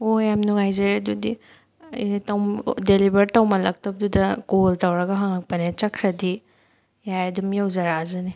ꯑꯣ ꯌꯥꯝ ꯅꯨꯡꯉꯥꯏꯖꯔꯦ ꯑꯗꯨꯗꯤ ꯑꯩꯅ ꯗꯦꯂꯤꯕꯔ ꯇꯧꯃꯜꯂꯛꯇꯕꯗꯨꯗ ꯀꯣꯜ ꯇꯧꯔꯒ ꯍꯪꯂꯛꯄꯅꯦ ꯆꯠꯈ꯭ꯔꯗꯤ ꯌꯥꯔꯦ ꯑꯗꯨꯝ ꯌꯧꯖꯔꯛꯑꯁꯅꯤ